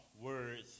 words